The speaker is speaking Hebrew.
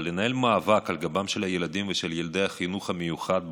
אבל לנהל מאבק על גבם של הילדים ושל ילדי החינוך המיוחד בפרט,